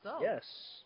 Yes